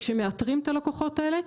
וכשמאתרים את הלקוחות האלה,